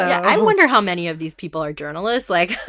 i wonder how many of these people are journalists, like. oh,